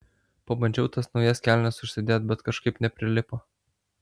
pabandžiau tas naujas kelnes užsidėt bet kažkaip neprilipo